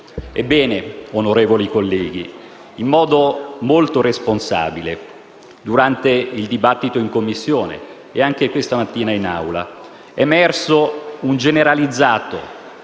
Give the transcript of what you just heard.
Ebbene, onorevoli colleghi, in modo molto responsabile, durante il dibattito in Commissione e anche questa mattina in Assemblea, è emerso un generalizzato